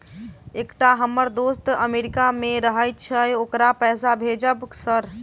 एकटा हम्मर दोस्त अमेरिका मे रहैय छै ओकरा पैसा भेजब सर?